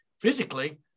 physically –